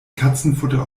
katzenfutter